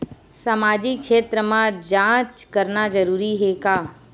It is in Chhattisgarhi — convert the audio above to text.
सामाजिक क्षेत्र म जांच करना जरूरी हे का?